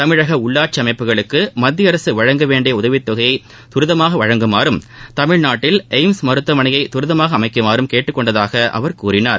தமிழக உள்ளாட்சி அமைப்புகளுக்கு மத்திய அரசு வழங்க வேண்டிய உதவிதொகையை துரிதமாக வழங்கும்படியும் தமிழ்நாட்டில் எப்ம்ஸ் மருத்துவமனையை தரிதமாக அமைக்கும்படியும் கேட்டுக்கொண்டதாக கூறினார்